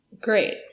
Great